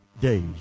days